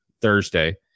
Thursday